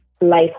life